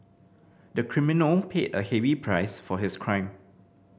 the criminal paid a heavy price for his crime